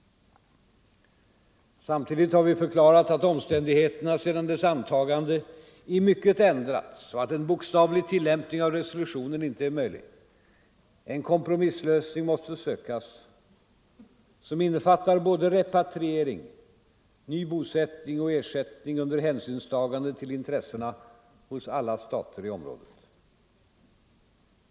Samtidigt har vi förklarat att omständigheterna sedan dess antagande i mycket ändrats och att en bokstavlig tillämpning av resolutionen inte är möjlig. En kompromisslösning måste sökas som innefattar både repatriering, ny bosättning och ersättning under hänsynstagande till intressena hos alla stater i området.